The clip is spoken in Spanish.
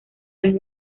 del